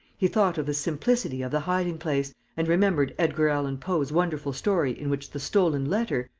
he thought of the simplicity of the hiding-place and remembered edgar allan poe's wonderful story in which the stolen letter,